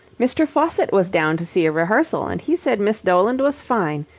mr. faucitt was down to see a rehearsal, and he said miss doland was fine.